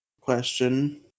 question